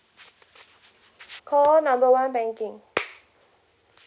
call number one banking